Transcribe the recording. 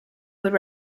would